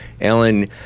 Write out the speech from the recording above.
Alan